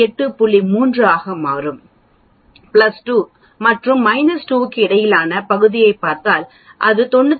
3 ஆக மாறும் பிளஸ் 2 மற்றும் 2 க்கு இடையிலான பகுதியைப் பார்த்தால் அது 95